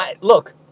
look